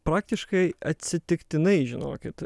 praktiškai atsitiktinai žinokit